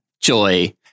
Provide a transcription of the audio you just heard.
Joy